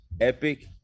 epic